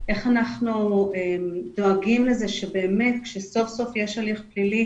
איך אנחנו דואגים לזה שבאמת כשסוף סוף יש הליך פלילי